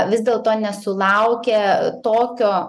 vis dėlto nesulaukia tokio